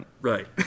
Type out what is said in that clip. right